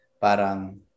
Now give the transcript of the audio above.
parang